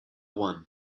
one